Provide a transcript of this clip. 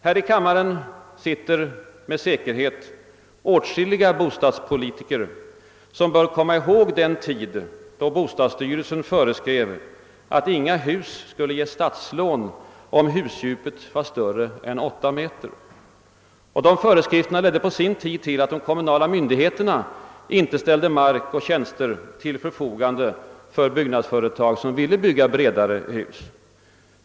Här i kammaren sitter med säkerhet åtskilliga bostadspolitiker som kommer ihåg den tid, då bostadsstyrelsen föreskrev att inga hus skulle ges statslån om husdjupet var större än åtta meter. De föreskrifterna ledde på sin tid till att de kommunala myndigheterna inte ställde mark och tjänster till förfogande för byggnadsföretag som ville bygga bredare hus.